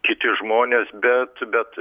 kiti žmonės bet bet